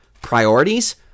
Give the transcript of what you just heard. Priorities